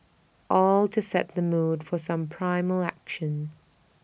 all to set the mood for some primal action